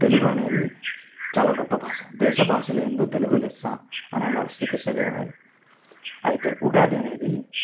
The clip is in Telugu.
తెలుగు అనేది చాలా గొప్ప భాష దేశ భాషలయందు తెలుగు లెస్స అని అన్నారు శ్రీకృష్ణదేవరాయలు అయితే ఉగాది అనేది